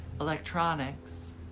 Electronics